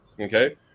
Okay